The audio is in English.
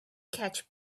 catch